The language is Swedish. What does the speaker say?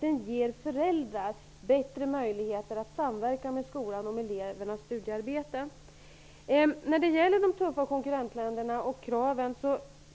Det ger föräldrar bättre möjligheter att samverka med skolan om elevernas studiearbete. När det gäller de tuffa konkurrentländerna och kraven